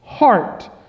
heart